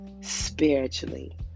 spiritually